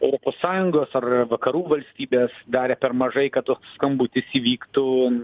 europos sąjungos ar vakarų valstybės darė per mažai kad toks skambutis įvyktų